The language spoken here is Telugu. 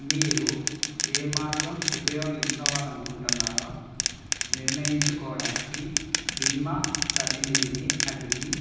మీరు ఏ మార్గం ఉపయోగించుకోవాలి అనుకుంటున్నారో నిర్ణయించుకోవడానికి బీమా ప్రతినిధిని అడిగి